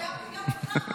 אדוני סגן היו"ר,